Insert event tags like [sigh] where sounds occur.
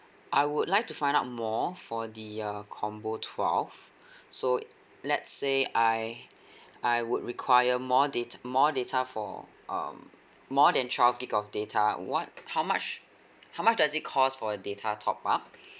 I would like to find out more for the uh combo twelve [breath] so let's say I [breath] I would require more data more data for um more than twelve gig of data what how much how much does it cost for the data top up